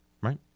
right